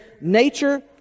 nature